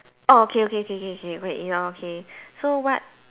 orh okay okay okay okay okay wait ya okay so what